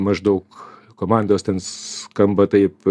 maždaug komandos ten skamba taip